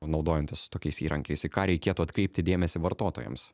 naudojantis tokiais įrankiais į ką reikėtų atkreipti dėmesį vartotojams